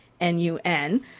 N-U-N